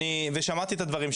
שמעתי את הדברים,